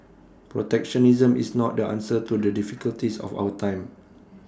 protectionism is not the answer to the difficulties of our time